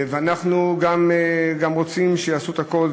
ואנחנו גם רוצים שיעשו את הכול,